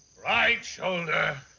right shoulder,